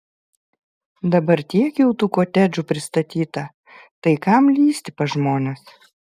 dabar tiek jau tų kotedžų pristatyta tai kam lįsti pas žmones